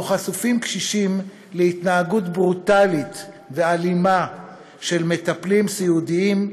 שבו חשופים קשישים להתנהגות ברוטלית ואלימה של מטפלים סיעודיים,